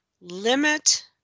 Limit